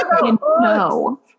No